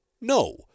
no